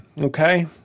Okay